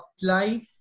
apply